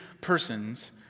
persons